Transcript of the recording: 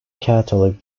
catholic